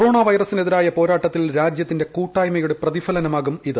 corona വൈറസിനെതിരായ പോരാട്ടത്തിൽ രാജ്യത്തിന്റെ കൂട്ടായ്മ യുടെ പ്രതിഫലനമാകും ഇത്